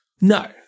No